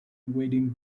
wading